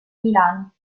milano